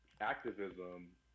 activism